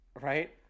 Right